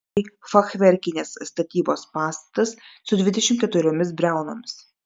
tai fachverkinės statybos pastatas su dvidešimt keturiomis briaunomis